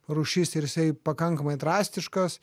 rūšis ir jisai pakankamai drastiškas